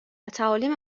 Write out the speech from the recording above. تعالیم